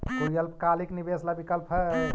कोई अल्पकालिक निवेश ला विकल्प हई?